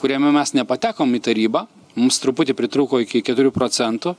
kuriame mes nepatekom į tarybą mums truputį pritrūko iki keturių procentų